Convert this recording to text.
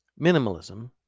Minimalism